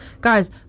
Guys